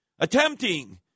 attempting